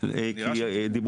כי בסוף הם